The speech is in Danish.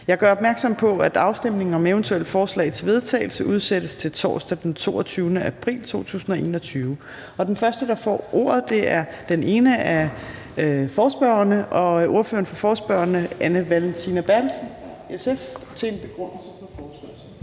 Jeg gør opmærksom på, at afstemning om eventuelle forslag til vedtagelse udsættes til torsdag den 22. april 2021. Den første, der får ordet, er ordføreren for forespørgerne, Anne Valentina Berthelsen, SF, for begrundelse af forespørgslen.